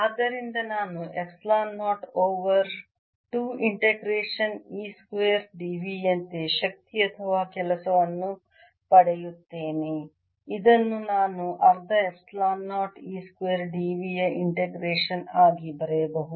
ಆದ್ದರಿಂದ ನಾನು epsilon 0 over 2 integration E square dV ಯಂತೆ ಶಕ್ತಿ ಅಥವಾ ಕೆಲಸವನ್ನು ಪಡೆಯುತ್ತೇನೆ ಇದನ್ನು ನಾನು ಅರ್ಧ ಎಪ್ಸಿಲಾನ್ 0 E ಸ್ಕ್ವೇರ್ dV ಯ ಇಂಟಿಗ್ರೇಷನ್ ಆಗಿ ಬರೆಯಬಹುದು